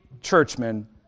churchmen